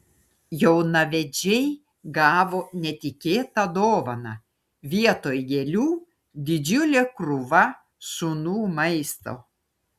jaunavedžiai gavo netikėtą dovaną vietoj gėlių didžiulė krūva šunų maisto